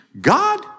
God